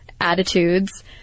attitudes